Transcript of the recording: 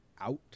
out